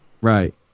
Right